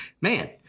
man